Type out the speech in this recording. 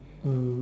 um